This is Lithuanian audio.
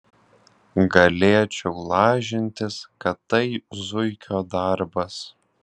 galėčiau lažintis kad tai zuikio darbas